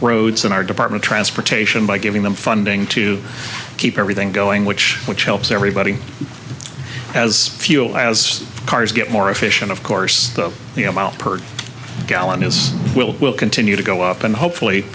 roads in our department transportation by giving them funding to keep everything going which which helps everybody as fuel as cars get more efficient of course you know miles per gallon his will will continue to go up and hopefully